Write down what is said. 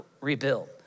rebuild